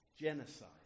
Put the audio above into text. Genocide